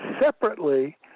separately